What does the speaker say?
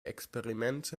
experimente